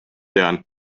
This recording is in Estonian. tean